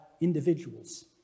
individuals